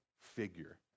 figure